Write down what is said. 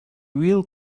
real